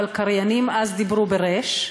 אבל קריינים דיברו אז ברי"ש.